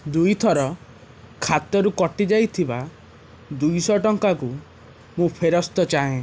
ଦୁଇଥର ଖାତାରୁ କଟିଯାଇଥିବା ଦୁଇଶହ ଟଙ୍କାକୁ ମୁଁ ଫେରସ୍ତ ଚାହେଁ